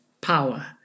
power